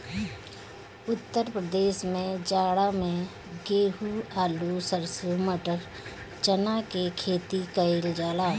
उत्तर प्रदेश में जाड़ा में गेंहू, आलू, सरसों, मटर, चना के खेती कईल जाला